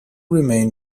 remain